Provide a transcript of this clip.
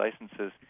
licenses